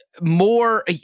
more